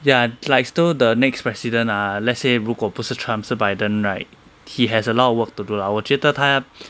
ya like so the next president ah let's say 如果不是 trump 是 biden right he has a lot of work to do lah 我觉得他